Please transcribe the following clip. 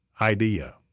idea